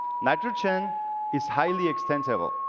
nitrogen is highly extensible.